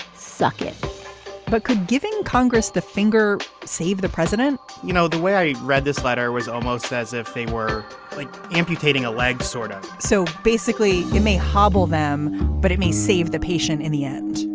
suck it but could giving congress the finger save the president you know the way i read this letter was almost as if they were like amputating a leg sorta. so basically you may hobble them but it may save the patient in the end.